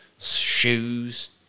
shoes